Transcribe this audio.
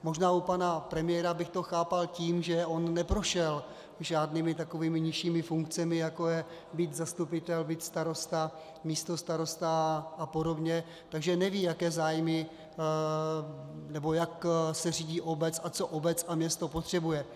Možná u pana premiéra bych to chápal tím, že on neprošel žádnými takovými nižšími funkcemi, jako je být zastupitel, být starosta, místostarosta apod., takže neví, jak se řídí obec a co obec a město potřebuje.